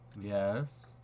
Yes